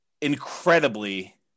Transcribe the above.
incredibly